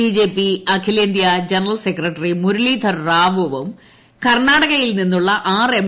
BJP അഖിലേന്ത്യാ general secretary Muralidhar റാവുവും കർണാടകയിൽ നിന്നുള്ള ആറ് എം